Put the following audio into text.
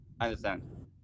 Understand